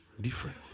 Different